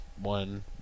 one